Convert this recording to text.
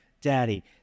Daddy